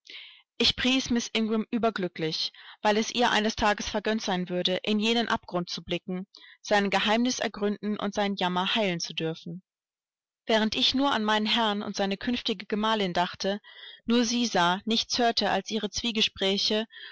ich pries miß ingram überglücklich weil es ihr eines tages vergönnt sein würde in jenen abgrund zu blicken sein geheimnis ergründen und seinen jammer heilen zu dürfen während ich nur an meinen herrn und seine künftige gemahlin dachte nur sie sah nichts hörte als ihre zwiegespräche